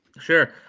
Sure